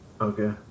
Okay